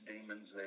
demons